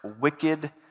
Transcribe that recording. wicked